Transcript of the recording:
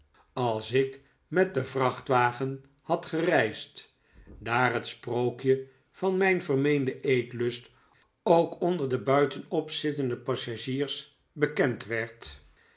als ik met den vrachtwagen had gereisd daar het sprookje van mijn vermeenden eetlust ook onder de buitenop zittende passagiers bekend werd